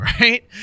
right